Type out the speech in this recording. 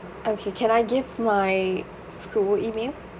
okay can I give my school E-mail